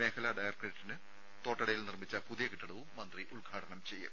മേഖലാ ഡയറക്ടറേറ്റിന് തോട്ടടയിൽ നിർമ്മിച്ച പുതിയ കെട്ടിടവും മന്ത്രി ഉദ്ഘാടനം ചെയ്യും